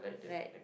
like